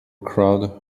crowd